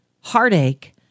heartache